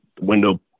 window